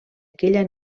aquella